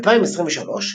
ב-2023,